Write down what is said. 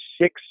six